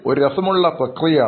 ഒരു രസമുള്ള പ്രക്രിയയാണ്